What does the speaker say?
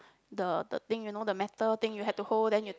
the the thing you know the metal thing you have to hold then you